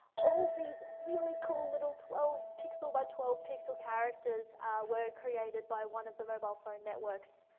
all these really cool little twelve pixel by twelve pixel characters were created by one of the mobile phone networks,